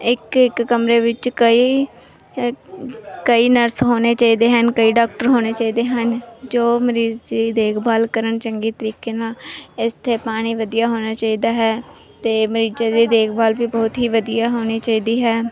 ਇੱਕ ਇੱਕ ਕਮਰੇ ਵਿੱਚ ਕਈ ਕਈ ਨਰਸ ਹੋਣੇ ਚਾਹੀਦੇ ਹਨ ਕਈ ਡਾਕਟਰ ਹੋਣੇ ਚਾਹੀਦੇ ਹਨ ਜੋ ਮਰੀਜ਼ ਦੀ ਦੇਖਭਾਲ ਕਰਨ ਚੰਗੇ ਤਰੀਕੇ ਨਾਲ ਇੱਥੇ ਪਾਣੀ ਵਧੀਆ ਹੋਣਾ ਚਾਹੀਦਾ ਹੈ ਅਤੇ ਮਰੀਜ਼ਾਂ ਦੀ ਦੇਖਭਾਲ ਵੀ ਬਹੁਤ ਹੀ ਵਧੀਆ ਹੋਣੀ ਚਾਹੀਦੀ ਹੈ